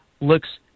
looks